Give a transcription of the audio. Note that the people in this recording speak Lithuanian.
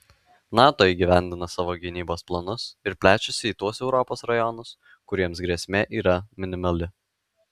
nato įgyvendina savo gynybos planus ir plečiasi į tuos europos rajonus kuriems grėsmė yra minimali